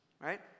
right